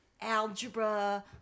algebra